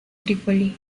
trípoli